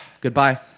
Goodbye